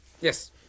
yes